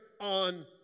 on